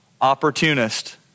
opportunist